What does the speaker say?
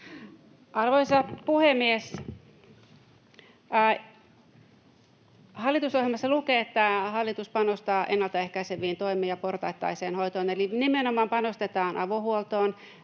Arvoisa puhemies! Hallitusohjelmassa lukee, että hallitus panostaa ennaltaehkäiseviin toimiin ja portaittaiseen hoitoon. Eli nimenomaan panostetaan avohuoltoon,